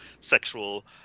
sexual